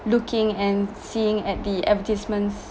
looking and seeing at the advertisements